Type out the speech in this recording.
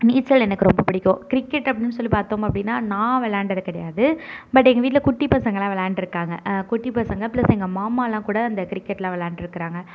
நீச்சல் எனக்கு ரொம்ப பிடிக்கும் கிரிக்கெட் அப்படின்னு சொல்லி பார்த்தோம் அப்படின்னா நான் விளாண்டது கிடையாது பட் எங்கள் வீட்டில் குட்டி பசங்களாம் விளாண்ட்ருக்காங்க குட்டி பசங்க பிளஸ் எங்கள் மாமாலாம் கூட அந்த கிரிக்கெட்லாம் விளாண்ட்ருக்காங்க